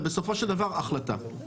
ובסופו של דבר החלטה.